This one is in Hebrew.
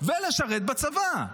ולשרת בצבא?